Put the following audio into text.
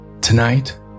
Tonight